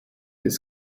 des